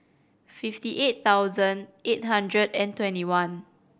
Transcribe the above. fifty eight thousand eight hundred and twenty one